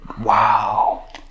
wow